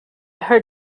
her